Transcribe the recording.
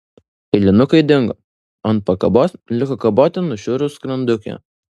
kailinukai dingo o ant pakabos liko kaboti nušiurus skrandukė